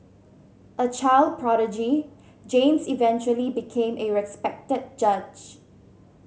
a child prodigy James eventually became a respected judge